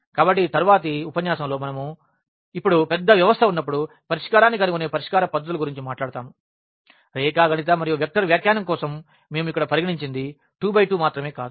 కాబట్టి తరువాతి ఉపన్యాసంలో మనం ఇప్పుడు పెద్ద వ్యవస్థ ఉన్నప్పుడు పరిష్కారాన్ని కనుగొనే పరిష్కార పద్ధతుల గురించి మాట్లాడుతాము రేఖాగణిత మరియు వెక్టర్ వ్యాఖ్యానం కోసం మేము ఇక్కడ పరిగణించినది 2 బై 2 మాత్రమే కాదు